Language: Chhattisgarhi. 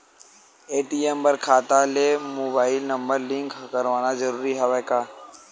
ए.टी.एम बर खाता ले मुबाइल नम्बर लिंक करवाना ज़रूरी हवय का?